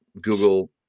Google